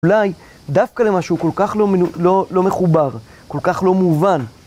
אולי דווקא למה שהוא כל כך לא, לא מחובר, כל כך לא מובן